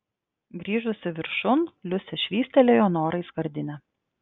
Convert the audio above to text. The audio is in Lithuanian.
grįžusi viršun liusė švystelėjo norai skardinę